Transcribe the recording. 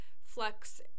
flex